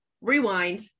rewind